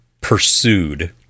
pursued